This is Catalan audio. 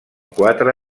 quatre